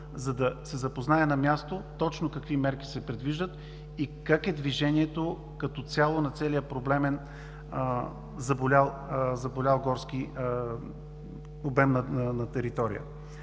за да се запознае на място точно какви мерки се предвиждат и как е движението като цяло на целия проблемен, заболял горски обем на територия.